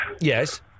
Yes